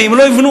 ואם לא יבנו,